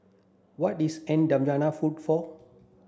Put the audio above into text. what is N'Djamena food for